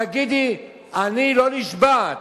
תגידי: אני לא נשבעת.